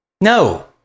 No